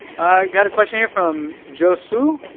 got a question here from josue.